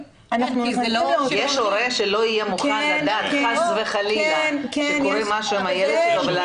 יש הורה שלא יהיה מוכן לדעת חס וחלילה שקורה משהו עם הילד שלו?